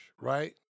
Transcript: right